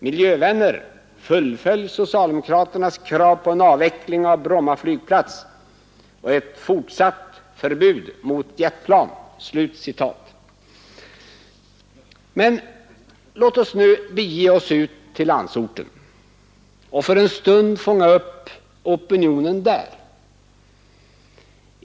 Miljövänner — fullfölj socialdemokraternas krav på en avveckling av Bromma flygplats och ett fortsatt förbud mot jetplan.” Men låt oss bege oss ut till landsorten och för en stund fånga upp opinionen där.